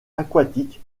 aquatique